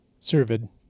servid